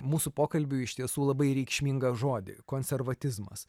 mūsų pokalbiui iš tiesų labai reikšmingą žodį konservatizmas